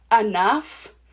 enough